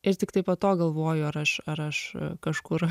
ir tiktai po to galvoju ar aš ar aš kažkur